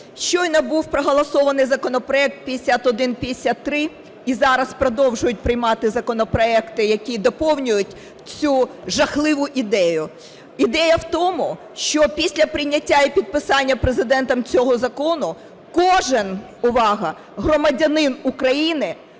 щойно був проголосований законопроект 5153, і зараз продовжують приймати законопроекти, які доповнюють цю жахливу ідею. Ідея в тому, що після прийняття і підписання Президентом цього закону кожен, увага, громадянин України